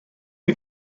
you